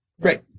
Great